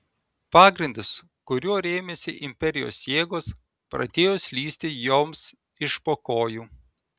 pagrindas kuriuo rėmėsi imperijos jėgos pradėjo slysti joms iš po kojų